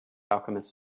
alchemists